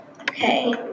okay